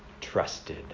trusted